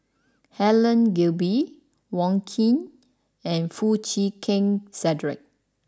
Helen Gilbey Wong Keen and Foo Chee Keng Cedric